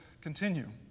continue